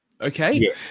Okay